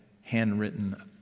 handwritten